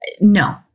no